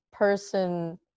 person